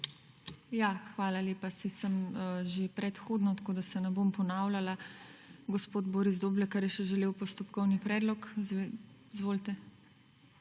Hvala lepa. Saj sem že predhodno, tako da se ne bom ponavljala. Gospod Boris Doblekar je še želel postopkovni predlog. Izvolite.